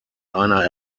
einer